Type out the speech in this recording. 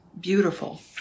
beautiful